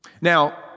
Now